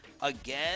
Again